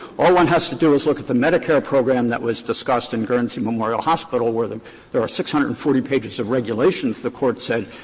all one has to do is look at the medicare program that was discussed in guernsey memorial hospital where there are six hundred and forty pages of regulations the court said,